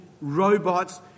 robots